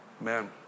man